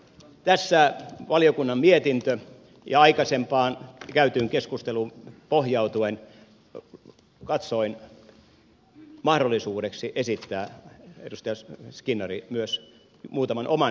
tässä valiokunnan mietintö ja aikaisempaan käytyyn keskusteluun pohjautuen katsoin mahdollisuudeksi esittää edustaja skinnari myös muutaman oman näkemyksen